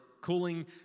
cooling